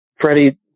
Freddie